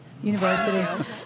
university